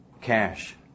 cash